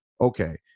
okay